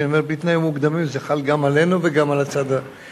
וכשאני אומר "בלי תנאים מוקדמים" זה חל גם עלינו וגם על הצד השני,